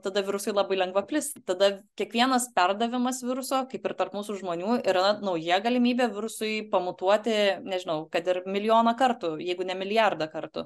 tada virusui labai lengva plist tada kiekvienas perdavimas viruso kaip ir tarp mūsų žmonių yra nauja galimybė virusui pamutuoti nežinau kad ir milijoną kartų jeigu ne milijardą kartų